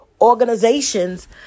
organizations